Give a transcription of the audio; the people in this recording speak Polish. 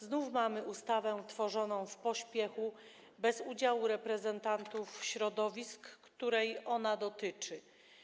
Znów mamy ustawę tworzoną w pośpiechu, bez udziału reprezentantów środowisk, których ona dotyczy.